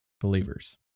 believers